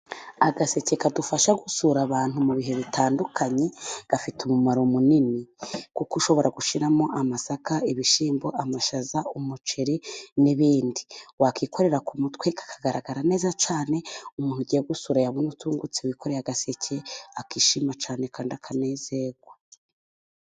Agaseke kadufasha gusura abantu mu bihe bitandukanye, gafite umumaro munini kuko ushobora gushyiramo amasaka, ibishyimbo, amashaza, umuceri, n'ibindi wakikorera ku mutwe kagaragara neza cyane umuntu ugiye gusura yabona utungutse wikoreye agaseke, akishima cyane kandi akanezerwa.